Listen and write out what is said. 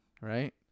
right